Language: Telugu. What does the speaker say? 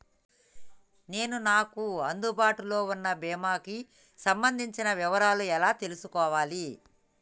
నేను నాకు అందుబాటులో ఉన్న బీమా కి సంబంధించిన వివరాలు ఎలా తెలుసుకోవాలి?